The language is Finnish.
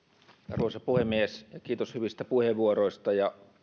arvoisa puhemies kiitos hyvistä puheenvuoroista